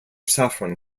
saffron